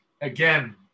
again